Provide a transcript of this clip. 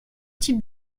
type